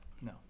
No